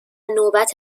نوبت